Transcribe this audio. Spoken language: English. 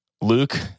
Luke